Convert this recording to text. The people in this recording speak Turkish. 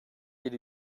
bir